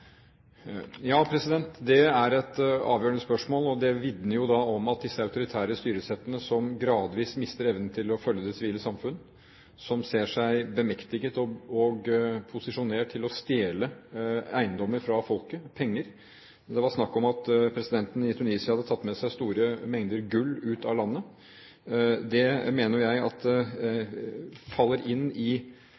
det er et avgjørende spørsmål, og det vitner jo om at disse autoritære styresettene gradvis mister evnen til å følge det sivile samfunn; de ser seg bemektiget og posisjonert til å stjele eiendom fra folket – penger. Det var snakk om at presidenten i Tunisia hadde tatt med seg store mengder gull ut av landet. Det mener jeg